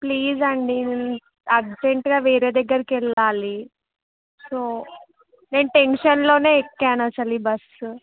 please అండి అర్జెంట్గా వేరే దగ్గరికి వెళ్ళాలి సో నేను టెన్షన్లోనే ఎక్కాను అసలు ఈ బస్సు